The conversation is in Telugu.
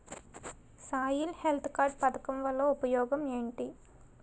సాయిల్ హెల్త్ కార్డ్ పథకం వల్ల ఉపయోగం ఏంటి?